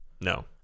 No